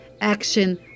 action